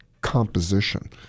composition